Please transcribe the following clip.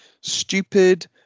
Stupid